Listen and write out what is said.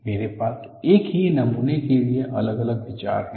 मेरे पास एक ही नमूने के लिए अलग अलग विचार हैं